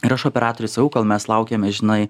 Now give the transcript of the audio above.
ir rašo operatorius sakau kad mes laukiame žinai